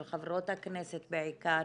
של חברות הכנסת בעיקר.